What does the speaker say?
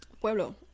Pueblo